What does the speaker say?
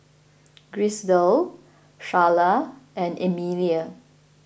Griselda Charla and Amelie